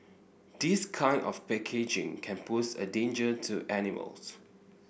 this kind of packaging can pose a danger to animals